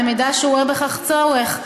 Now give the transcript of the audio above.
במידה שהוא רואה בכך צורך,